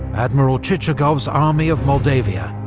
admiral chichagov's army of moldavia,